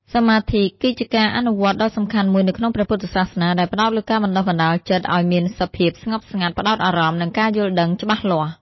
សមាធិ គឺជាការអនុវត្តន៍ដ៏សំខាន់មួយនៅក្នុងព្រះពុទ្ធសាសនា ដែលផ្តោតលើការបណ្ដុះបណ្ដាលចិត្តឲ្យមានសភាពស្ងប់ស្ងាត់ ផ្ដោតអារម្មណ៍ និងការយល់ដឹងច្បាស់លាស់។